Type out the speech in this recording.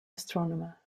astronomer